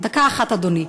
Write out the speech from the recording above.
דקה אחת, אדוני.